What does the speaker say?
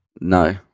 No